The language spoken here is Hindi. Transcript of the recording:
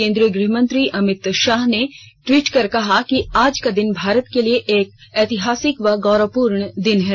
केंद्रीय गृह मंत्री अमित शाह ने ट्वीट कर कहा कि आज का दिन भारत के लिए एक ऐतिहासिक व गौरवपूर्ण दिन है